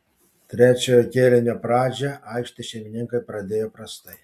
trečiojo kėlinio pradžią aikštės šeimininkai pradėjo prastai